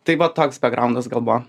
tai va toks bekgraundas gal buvo